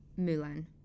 Mulan